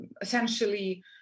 essentially